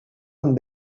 amb